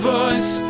voice